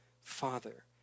father